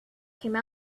came